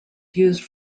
used